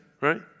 right